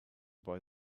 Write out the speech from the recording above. boy